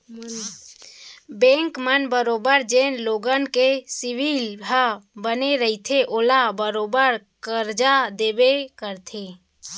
bank मन बरोबर जेन लोगन के सिविल ह बने रइथे ओला बरोबर करजा देबे करथे